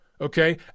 okay